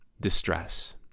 distress